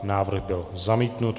Návrh byl zamítnut.